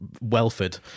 Welford